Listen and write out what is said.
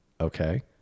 okay